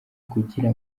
kugira